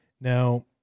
Now